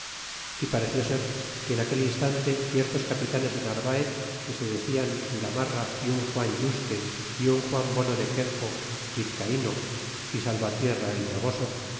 y pareció ser que en aquel instante ciertos capitanes de narvaez que se declan gamarra y un juan yuste y un juan bono de quexo vizcaino y salvatierra el bravosa